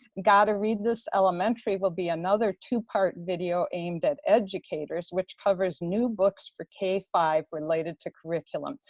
gotta read this! elementary will be another two-part video aimed at educators, which covers new books for k five related to curriculum,